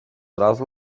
razu